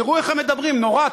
תראו איך מדברים, נורא.